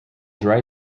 dry